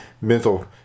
mental